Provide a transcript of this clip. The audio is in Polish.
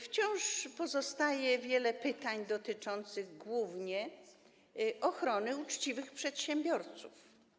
Wciąż pozostaje wiele pytań dotyczących głównie ochrony uczciwych przedsiębiorców.